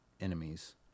enemies